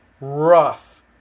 rough